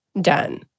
done